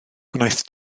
gwnaeth